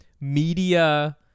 media